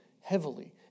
heavily